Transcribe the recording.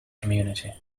community